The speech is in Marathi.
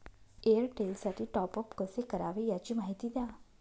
एअरटेलसाठी टॉपअप कसे करावे? याची माहिती द्या